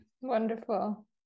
Wonderful